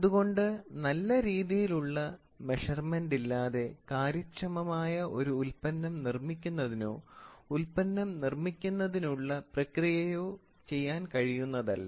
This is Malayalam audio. അതുകൊണ്ട് നല്ല രീതിയിലുള്ള മെഷർമെൻറ് ഇല്ലാതെ കാര്യക്ഷമമായ ഒരു ഉൽപന്നം നിർമ്മിക്കുന്നതിനോ ഉൽപ്പന്നം നിർമ്മിക്കുന്നതിനുള്ള പ്രക്രിയയോ ചെയ്യാൻ കഴിയുന്നതല്ല